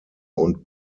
und